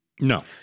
No